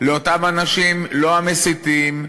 לאותם אנשים, לא המסיתים,